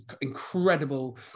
incredible